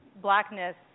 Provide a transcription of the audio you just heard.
blackness